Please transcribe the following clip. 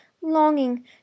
longing